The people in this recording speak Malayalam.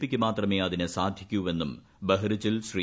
പിക്ക് മാത്രമെ അതിന് സാധിക്കൂവെന്നും ബഹ്റിച്ചിൽ ശ്രീ